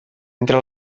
entre